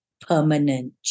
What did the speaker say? permanent